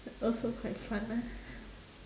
also quite fun ah